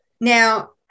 now